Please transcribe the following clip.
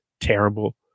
terrible